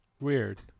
Weird